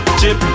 chip